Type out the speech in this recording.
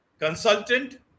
consultant